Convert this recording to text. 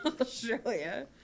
Australia